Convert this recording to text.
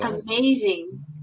Amazing